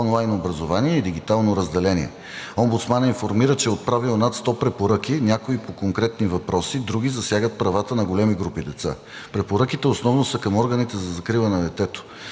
Омбудсманът информира, че е отправил над 100 препоръки – някои по конкретни въпроси, други засягат правата на големи групи деца. Препоръките основно са към органите за закрила на детето.